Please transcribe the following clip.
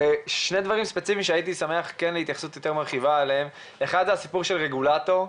שני דברים שהייתי שמח להתייחסות יותר מרחיבה עליהם: הסיפור של רגולטור,